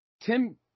Tim